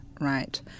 right